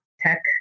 tech